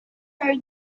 her